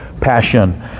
Passion